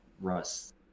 Russ